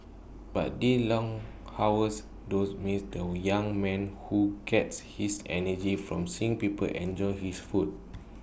but the long hours dose maze there were young man who gets his energy from seeing people enjoy his food